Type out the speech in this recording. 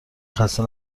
خسته